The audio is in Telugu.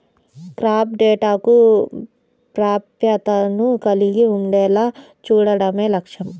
క్రాప్ డేటాకు ప్రాప్యతను కలిగి ఉండేలా చూడడమే లక్ష్యం